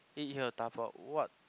eat here or dabao what